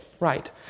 Right